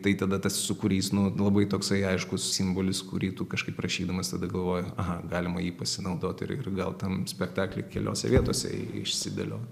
tai tada tas sukūrys nu labai toks aiškus simbolis kurį tu kažkaip rašydamas tada galvoji aha galima jį pasinaudoti ir ir gal tam spektakly keliose vietose išsidėliot